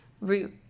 root